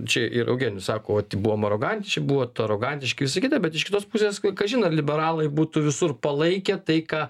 čia ir eugenijus sako vat buvom arogantiški buvot arogantiški visa kita bet iš kitos pusės k kažin ar liberalai būtų visur palaikę tai ką